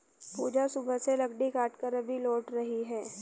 पूजा सुबह से लकड़ी काटकर अभी लौट रही है